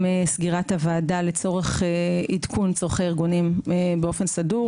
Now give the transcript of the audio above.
סגירת הוועדה לצורך עדכון צרכי ארגונים באופן סדור.